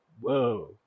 Whoa